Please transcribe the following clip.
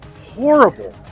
horrible